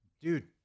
Dude